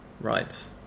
Right